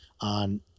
on